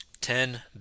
Ten